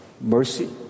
mercy